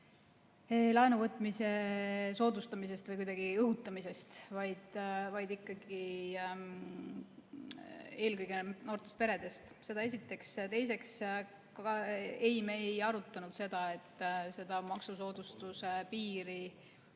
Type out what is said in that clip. laenuvõtmise soodustamisest või kuidagi õhutamisest, vaid ikkagi eelkõige noortest peredest. Seda esiteks. Teiseks, ei, me ei arutanud seda, et seda maksusoodustuse piiri